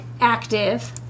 active